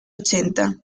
ochenta